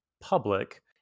public